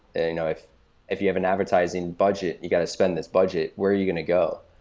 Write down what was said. and you know if if you have an advertising budget, you got to spend this budget, where are you going to go?